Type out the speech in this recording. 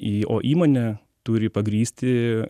į o įmonė turi pagrįsti